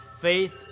Faith